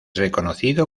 reconocido